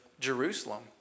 Jerusalem